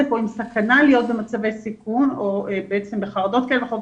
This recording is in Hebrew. או עם סכנה להיות במצבי סיכון או בחרדות כאלה ואחרות